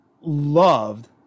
loved